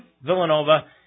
Villanova